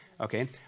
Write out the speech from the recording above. okay